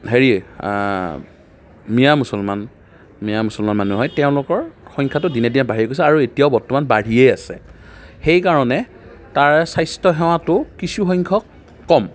হেৰি মিয়া মুছলমান মিয়া মুছলমান মানুহ হয় তেওঁলোকৰ সংখ্যাটো দিনে দিনে বাঢ়ি গৈছে আৰু এতিয়াও বৰ্তমান বাঢ়িয়েই আছে সেইকাৰণে তাৰ স্বাস্থ্য সেৱাটো কিছুসংখ্যক কম